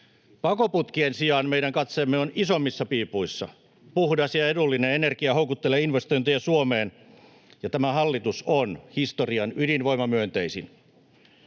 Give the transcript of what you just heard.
Pakoputkien sijaan meidän katseemme on isommissa piipuissa. Puhdas ja edullinen energia houkuttelee investointeja Suomeen. Ja tämä hallitus on historian ydinvoimamyönteisin.